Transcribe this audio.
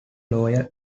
loyal